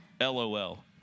LOL